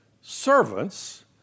servants